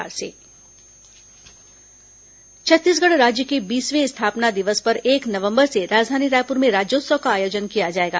राज्योत्सव छत्तीसगढ़ राज्य के बीसवें स्थापना दिवस पर एक नवंबर से राजधानी रायपुर में राज्योत्सव का आयोजन किया जाएगा